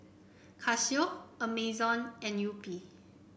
Casio Amazon and Yupi